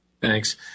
Thanks